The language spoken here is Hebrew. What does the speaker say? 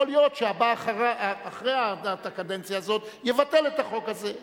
יכול להיות שהבא אחרי הקדנציה הזאת יבטל את החוק הזה.